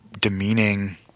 demeaning